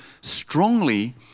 strongly